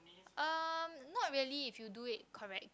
um not really if you do it correct